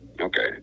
Okay